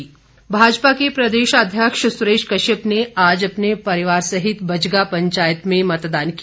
सुरेश कश्यप भाजपा के प्रदेशाध्यक्ष सुरेश कश्यप ने आज अपने परिवार सहित बज्गा पंचायत में मतदान किया